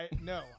No